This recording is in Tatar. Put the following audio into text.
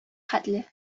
хәтле